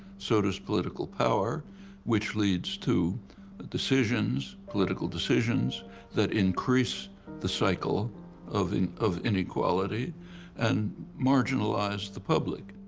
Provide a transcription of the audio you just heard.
so does political power which leads to decisions, political decisions that increase the cycle of and of inequality and marginalize the public.